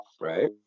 right